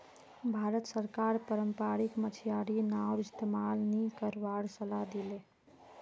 भारत सरकार पारम्परिक मछियारी नाउर इस्तमाल नी करवार सलाह दी ले